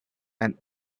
and